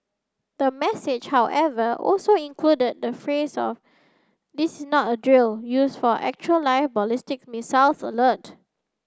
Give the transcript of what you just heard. the message however also included the phrase of this is not a drill used for actual live ballistic missile alert